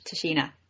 Tashina